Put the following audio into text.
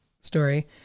story